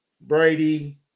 Brady